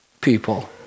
people